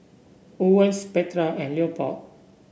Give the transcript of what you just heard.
Owens Petra and Leopold